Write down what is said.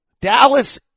Dallas